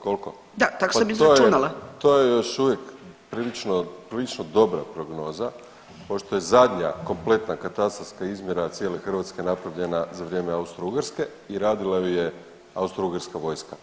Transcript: Koliko? [[Upadica: Da, tak sam izračunala.]] To je još uvijek prilično dobra prognoza pošto je zadnja kompletna katastarska izmjera cijele Hrvatske napravljena za vrijeme Austro-ugarske i radila ju je austro-ugarska vojska.